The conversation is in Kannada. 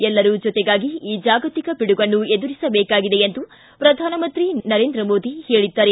ಎಲ್ಲರೂ ಜೊತೆಗಾಗಿ ಈ ಜಾಗತಿಕ ಪಿಡುಗನ್ನು ಎದುರಿಸಬೇಕಾಗಿದೆ ಎಂದು ಪ್ರಧಾನಮಂತ್ರಿ ನರೇಂದ್ರ ಮೋದಿ ಹೇಳಿದ್ದಾರೆ